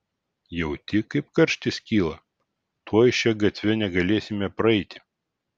jauti kaip karštis kyla tuoj šia gatve negalėsime praeiti